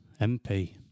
MP